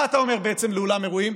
מה אתה אומר בעצם לאולם אירועים?